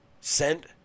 sent